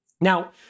Now